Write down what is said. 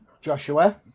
Joshua